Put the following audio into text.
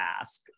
ask